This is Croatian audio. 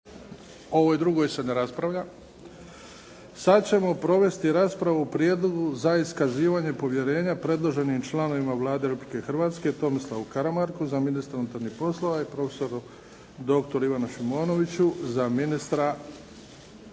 **Bebić, Luka (HDZ)** Sad ćemo provesti raspravu o - Prijedlogu za iskazivanje povjerenja predloženim članovima Vlade Republike Hrvatske, Tomislavu Karamarku za ministra unutarnjih poslova i prof. dr. Ivanu Šimonoviću za ministra